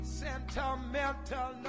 sentimental